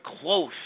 close